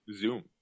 Zoom